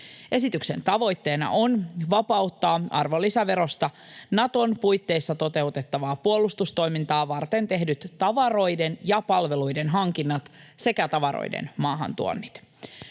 Esityksen tavoitteena on vapauttaa arvonlisäverosta Naton puitteissa toteutettavaa puolustustoimintaa varten tehdyt tavaroiden ja palveluiden hankinnat sekä tavaroiden maahantuonnit.